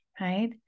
right